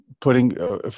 putting